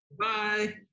Bye